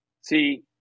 see